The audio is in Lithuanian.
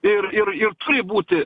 ir ir ir turi būti